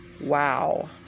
Wow